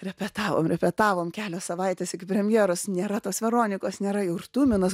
repetavom repetavom kelios savaitės iki premjeros nėra tos veronikos nėra jau ir tuminas